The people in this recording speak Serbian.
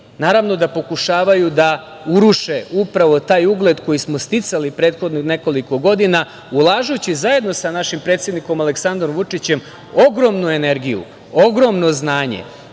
naravno da pokušavaju da uruše upravo taj ugled koji smo sticali prethodnih nekoliko godina ulažući zajedno sa našim predsednikom Aleksandrom Vučićem ogromnu energiju, ogromno znanje